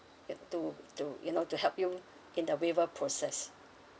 yup to to you know to help you in the waiver process